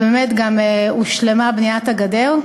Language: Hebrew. ובאמת גם הושלמה בניית הגדר,